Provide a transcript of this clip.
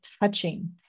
touching